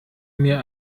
mir